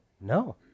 No